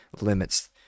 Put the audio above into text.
limits